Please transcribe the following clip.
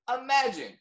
imagine